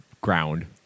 ground